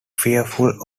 fearful